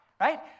right